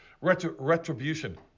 Retribution